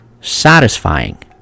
satisfying